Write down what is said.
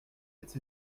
etc